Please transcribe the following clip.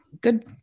good